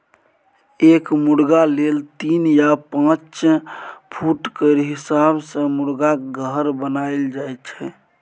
एक मुरगा लेल तीन या पाँच फुट केर हिसाब सँ मुरगाक घर बनाएल जाइ छै